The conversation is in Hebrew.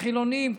חילונים,